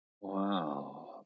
Wow